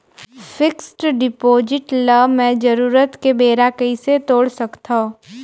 Fixed deposit ल मैं जरूरत के बेरा कइसे तोड़ सकथव?